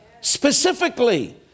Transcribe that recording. Specifically